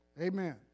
Amen